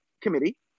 committee